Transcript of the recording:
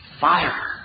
fire